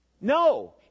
No